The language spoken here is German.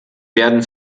werden